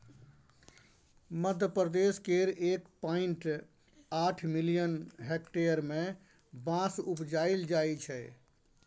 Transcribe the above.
मध्यप्रदेश केर एक पॉइंट आठ मिलियन हेक्टेयर मे बाँस उपजाएल जाइ छै